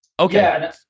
Okay